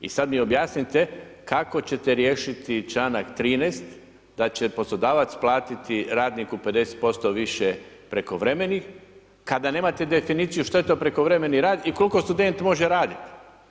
I sad mi objasnite kako ćete riješiti članak 13. da će poslodavac platiti radniku 50% više prekovremenih, kada nemate definiciju što je to prekovremeni rad i koliko student može raditi?